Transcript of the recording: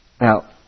Now